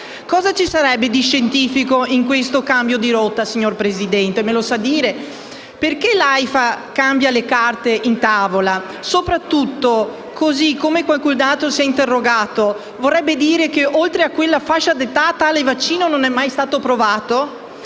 Cosa ci sarebbe di scientifico in questo cambio di rotta? Perché l'AIFA cambia le carte in tavola? Soprattutto - così come qualcun altro si è interrogato - vorrebbe dire che oltre quella fascia d'età tale vaccino non è mai stato provato?